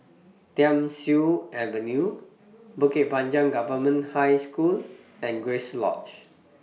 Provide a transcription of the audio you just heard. Thiam Siew Avenue Bukit Panjang Government High School and Grace Lodge